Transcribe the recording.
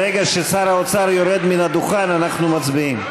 ברגע ששר האוצר יורד מהדוכן, אנחנו מצביעים.